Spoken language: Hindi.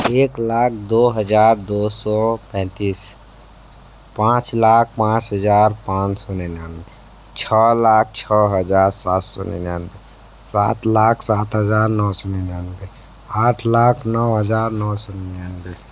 एक लाख दो हज़ार दो सौ पैंतीस पाँच लाख पाँच हज़ार पाँच सौ निन्यानवे छः लाख छः हज़ार सात सौ निन्यानवे सात लाख सात हज़ार नौ सौ निन्यानवे आठ लाख नौ हज़ार नौ सौ निन्यानवे